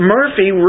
Murphy